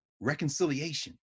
reconciliation